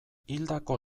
hildako